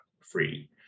free